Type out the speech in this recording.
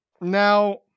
Now